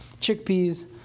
chickpeas